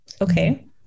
Okay